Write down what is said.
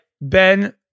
Ben